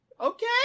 okay